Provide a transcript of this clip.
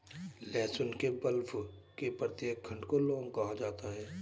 लहसुन के बल्ब के प्रत्येक खंड को लौंग कहा जाता है